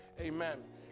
amen